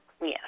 Yes